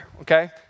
okay